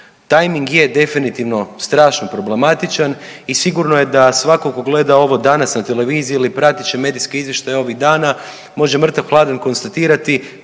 Timing je definitivno strašno problematičan i sigurno je da svatko tko gleda ovo danas na televiziji ili prateći medijske izvještaje ovih dana može mrtav hladan konstatirati,